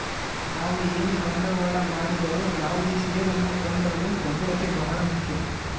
ನಾವು ಏನೇ ಬಂಡವಾಳ ಮಾಡಿದರು ಯಾವುದೇ ಷೇರನ್ನು ಕೊಂಡರೂ ಭದ್ರತೆ ಬಹಳ ಮುಖ್ಯ